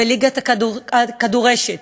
וליגת הכדורשת.